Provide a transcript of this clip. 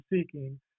seeking